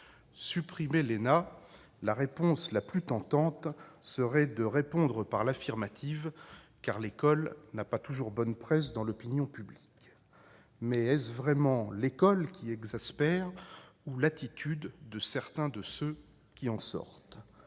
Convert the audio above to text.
Supprimer l'ENA ? La réponse la plus tentante serait de répondre par l'affirmative, car cette école n'a pas toujours bonne presse dans l'opinion publique. Mais est-ce vraiment elle qui exaspère ou l'attitude de certains de ceux qui en sortent ?